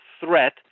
threat